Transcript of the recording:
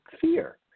fear